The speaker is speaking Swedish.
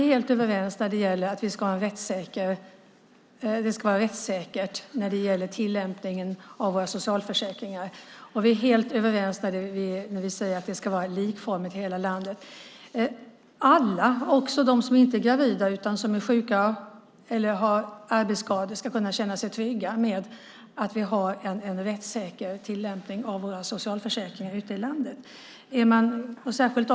Herr talman! Vi är helt överens om att tillämpningen av våra socialförsäkringar ska vara rättssäker. Vi är helt överens när vi säger att det ska vara likformigt i hela landet. Alla, också de som inte är gravida utan är sjuka eller har arbetsskador, ska kunna känna sig trygga med att vi har en rättssäker tillämpning av våra socialförsäkringar ute i landet.